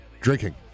drinking